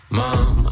mom